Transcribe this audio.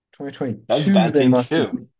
2022